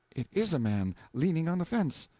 it is a man leaning on the fence.